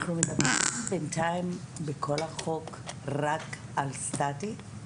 אנחנו מדברים בינתיים בכל החוק רק על סטטי?